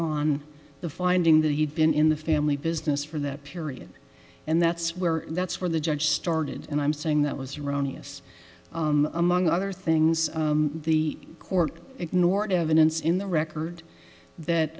on the finding that he'd been in the family business for that period and that's where that's where the judge started and i'm saying that was erroneous among other things the court ignored evidence in the record that